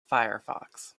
firefox